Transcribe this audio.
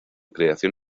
creación